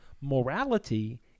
morality